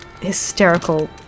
hysterical